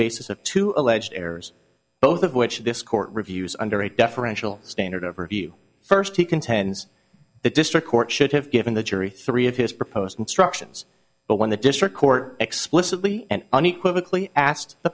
basis of two alleged errors both of which this court reviews under a deferential standard overview first he contends the district court should have given the jury three of his proposed instructions but when the district court explicitly and unequivocally asked the